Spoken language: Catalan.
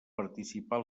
participar